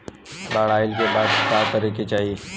बाढ़ आइला के बाद का करे के चाही?